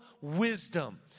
wisdom